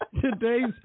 Today's